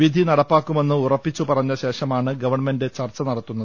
വിധി നടപ്പാക്കുമെന്ന് ഉറപ്പിച്ചുപറഞ്ഞശേഷമാണ് ഗവൺമെന്റ് ചർച്ചു നടത്തുന്നത്